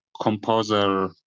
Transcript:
composer